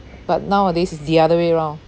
but nowadays is the other way round